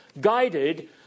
guided